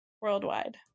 worldwide